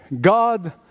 God